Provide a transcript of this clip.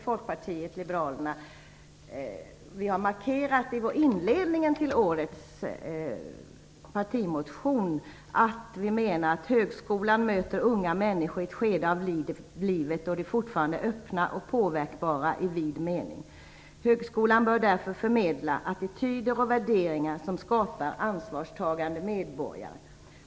Folkpartiet liberalerna har i inledningen till årets partimotion inom detta område markerat att vi menar att högskolan möter unga människor i ett skede av livet då de fortfarande är öppna och påverkbara i vid mening. Högskolan bör därför förmedla attityder och värderingar som skapar ansvarstagande medborgare.